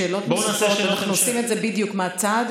שאלות נוספות אנחנו עושים מהצד,